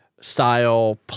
style